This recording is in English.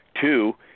two